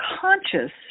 conscious